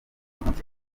muke